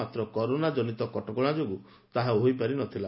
ମାତ୍ର 'କରୋନା' ଜନିତ କଟକଶା ଯୋଗୁଁ ତାହା ହୋଇପାରିନଥିଲା